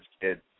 kids